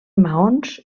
maons